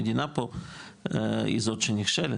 המדינה פה היא זאת שנכשלת.